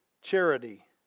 Charity